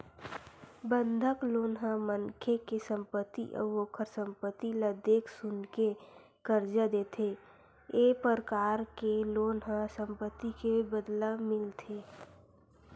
बंधक लोन ह मनखे के संपत्ति अउ ओखर संपत्ति ल देख सुनके करजा देथे ए परकार के लोन ह संपत्ति के बदला मिलथे